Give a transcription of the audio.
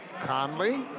Conley